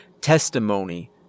Testimony